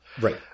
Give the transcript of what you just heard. Right